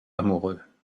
amoureux